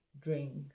drinks